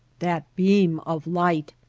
that beam of light!